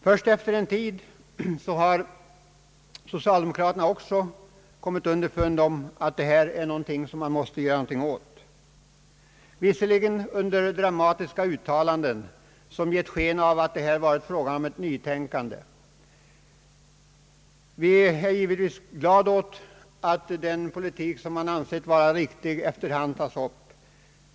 Först efter en tid har socialdemokraterna också kommit underfund med att åtgärder måste vidtas, visserligen under dramatiska uttalanden som gett sken av att det varit fråga om ett nytänkande. Vi är givetvis glada åt att den politik vi ansett vara riktig efter hand tas upp.